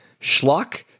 schlock